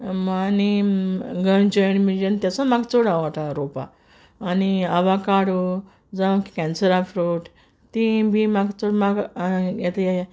आनी गंजण बिंजण तें तेसो म्हाका चोड आवडटा रोंवपा आनी आवाकाडो जावं कँसरा फ्रूट तीं बी म्हाका चोड म्हाका एतें